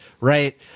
right